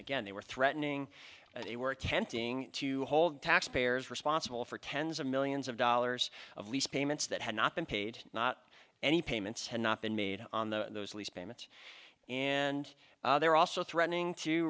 again they were threatening and they were attempting to hold taxpayers responsible for tens of millions of dollars of lease payments that had not been paid not any payments had not been made on the lease payments and they're also threatening to